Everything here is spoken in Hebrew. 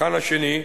המבחן השני,